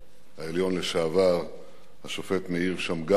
העליון לשעבר השופט מאיר שמגר,